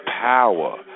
power